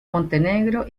montenegro